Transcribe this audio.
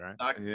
right